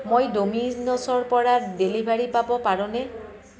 মই ড'মিনছৰপৰা ডেলিভাৰী পাব পাৰোঁনে